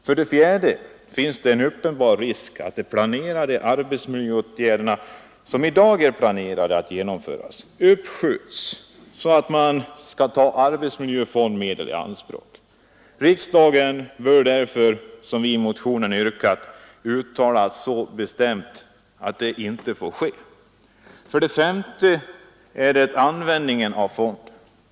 För det fjärde finns det en uppenbar risk att de arbetsmiljöåtgärder som i dag är planerade att genomföras uppskjuts för att man skall kunna ta arbetsmiljöfondmedel i anspråk. Riksdagen bör därför, såsom vi i motionen yrkar, bestämt uttala att så inte får ske. För det femte gäller det användningen av fonden.